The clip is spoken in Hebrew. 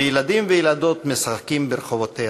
ו"ילדים וילדות משחקים ברחֹבֹתיה".